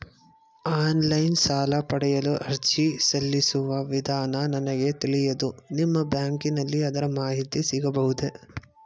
Online ಸಾಲ ಪಡೆಯಲು ಅರ್ಜಿ ಸಲ್ಲಿಸುವ ವಿಧಾನ ನನಗೆ ತಿಳಿಯದು ನಿಮ್ಮ ಬ್ಯಾಂಕಿನಲ್ಲಿ ಅದರ ಮಾಹಿತಿ ಸಿಗಬಹುದೇ?